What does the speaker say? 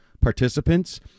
participants